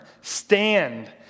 Stand